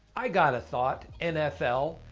i gotta thought nfl.